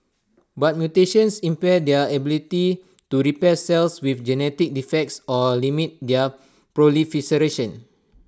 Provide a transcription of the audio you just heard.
but mutations impair their ability to repair cells with genetic defects or limit their proliferation